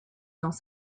dans